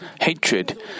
hatred